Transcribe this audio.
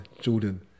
Jordan